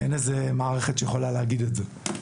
כי אין מערכת שיכולה להגיד את זה.